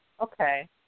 okay